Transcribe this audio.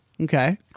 Okay